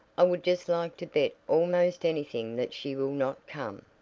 i would just like to bet almost anything that she will not come.